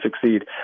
succeed